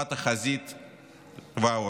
לטובת החזית והעורף.